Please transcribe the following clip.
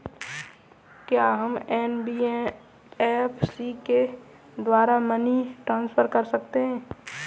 क्या हम एन.बी.एफ.सी के द्वारा मनी ट्रांसफर कर सकते हैं?